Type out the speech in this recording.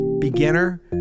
beginner